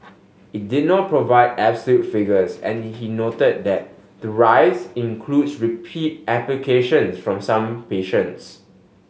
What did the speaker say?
it did not provide absolute figures and he noted that the rise includes repeat applications from some patients